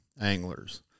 anglers